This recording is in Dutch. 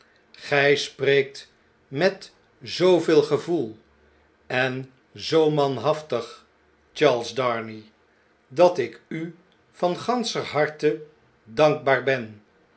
agij spreekt met zooveel gevoel en zoo manhaftig charles darnay dat ik u vanganscher harte dankbaar ben